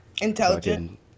Intelligent